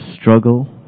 struggle